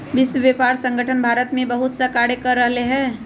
विश्व व्यापार संगठन भारत में बहुतसा कार्य कर रहले है